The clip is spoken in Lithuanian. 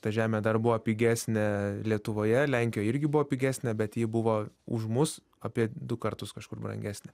ta žemė dar buvo pigesnė lietuvoje lenkijoj irgi buvo pigesnė bet ji buvo už mus apie du kartus kažkur brangesnė